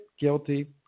guilty